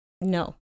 No